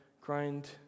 grind